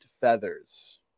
feathers